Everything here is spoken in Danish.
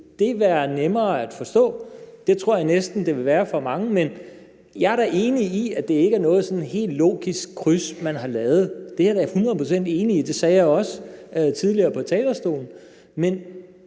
det være nemmere at forstå? Det tror jeg næsten det ville være for mange. Jeg er da enig i, at det ikke er noget sådan helt logisk kryds, man har lavet. Det er jeg da hundrede procent enig i. Det sagde jeg også tidligere på talerstolen.